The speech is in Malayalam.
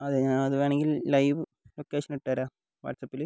അതെ ഞാൻ അത് വേണമെങ്കിൽ ലൈവ് ലൊക്കേഷൻ ഇട്ടേരാം വാട്സാപ്പില്